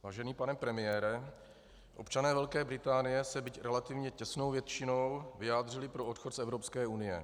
Vážený pane premiére, občané Velké Británie se, byť relativně těsnou většinou, vyjádřili pro odchod z Evropské unie.